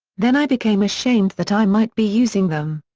then i became ashamed that i might be using them.